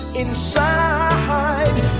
inside